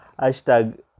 Hashtag